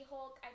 Hulk